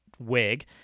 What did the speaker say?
wig